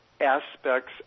aspects